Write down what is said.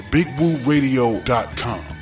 BigWooRadio.com